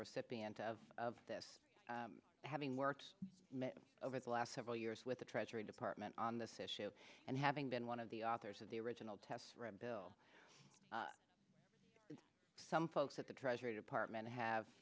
recipient of this having worked over the last several years with the treasury department on this issue and having been one of the authors of the original test bill some folks at the treasury department have